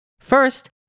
First